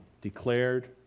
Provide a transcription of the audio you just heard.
declared